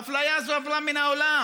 האפליה הזאת עברה מן העולם.